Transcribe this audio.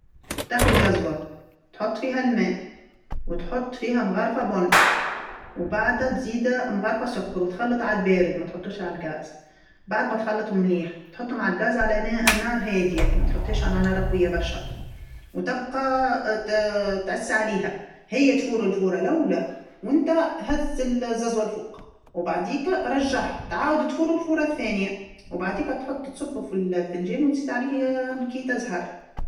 تاخذ ززوة، تحط فيها الماء، وتحط فيها مغرفه بن، وبعدها تزيدها مغرفه سكر وتخلط عالبارد ماتحطش على الغاز، بعد ماتخلطهم مليح تحطهم على الغاز على نا-نار هاديه ماتحطهاش على نار قويه برشا، وتبقى ات- تعس عليها، هي تفور الفوره اللوله ونتا هز ال- الززوة الفوق وبعديكا رجعها تعاود تفور الفوره الثانيه وبعديكا تحط تصبو في الفنجان وتزيد عليه كيتا زهر.